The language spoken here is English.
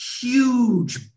huge